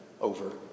over